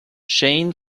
shane